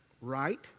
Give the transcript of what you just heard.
right